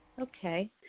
Okay